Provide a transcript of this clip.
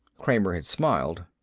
kramer had smiled.